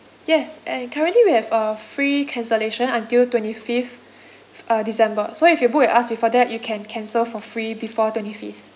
yes and currently we have a free cancellation until twenty fifth uh december so if you book at us before that you can cancel for free before twenty fifth